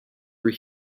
were